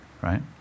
right